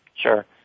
Sure